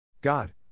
God